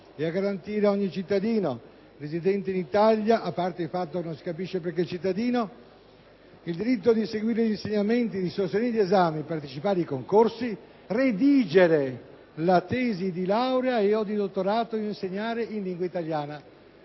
ed a garantire ad ogni cittadino residente in Italia» - a parte che non si capisce perché "cittadino" - «il diritto di seguire gli insegnamenti, sostenere gli esami, partecipare ai concorsi, redigere la tesi di laurea e/o di dottorato o insegnare, in lingua italiana».